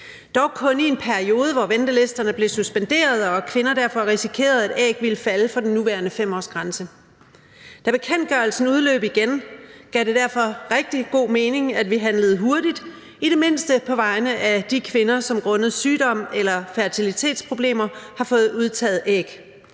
dog kun i en periode, hvor ventelisterne blev suspenderet og kvinder derfor risikerede, at æg ville falde for den nuværende 5-årsgrænse. Da bekendtgørelsen udløb igen, gav det derfor rigtig god mening, at vi handlede hurtigt, i det mindste på vegne af de kvinder, som grundet sygdom eller fertilitetsproblemer har fået udtaget æg.